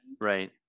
right